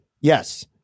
Yes